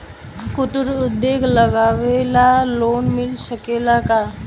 कुटिर उद्योग लगवेला लोन मिल सकेला?